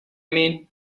mean